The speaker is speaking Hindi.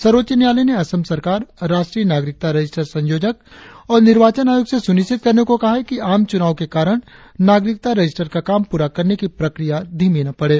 सर्वोच्च न्यायालय ने असम सरकार राष्ट्रीय नागरिकता रजिस्टर संयोजक और निर्वाचन आयोग से सुनिश्चित करने को कहा है कि आम चुनाव के कारण नागरिकता रजिस्टर का काम पूरा करने की प्रक्रिया धीमी न पड़े